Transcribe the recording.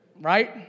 Right